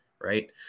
right